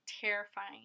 terrifying